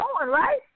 right